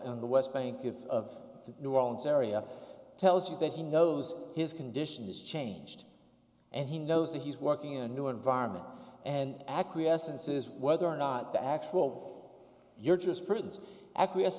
in the west bank of the new orleans area tells you that he knows his condition has changed and he knows that he's working in a new environment and acquiescence is whether or not the actual you're just prints acquiesce